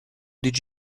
did